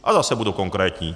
A zase budu konkrétní.